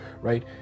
right